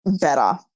better